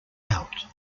out